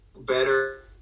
better